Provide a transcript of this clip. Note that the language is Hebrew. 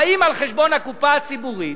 חיים על חשבון הקופה הציבורית,